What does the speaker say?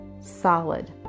solid